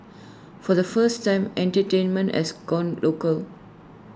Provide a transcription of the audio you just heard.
for the first time entertainment has gone local